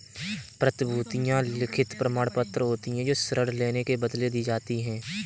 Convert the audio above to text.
प्रतिभूतियां लिखित प्रमाणपत्र होती हैं जो ऋण लेने के बदले दी जाती है